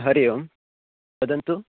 हरिः ओं वदन्तु